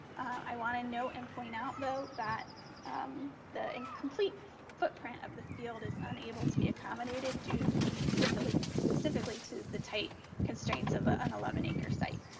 i wanna note and point out, though, that the and complete footprint of the field is unable to be accommodated due specifically specifically to the tight constraints of ah an eleven acre site.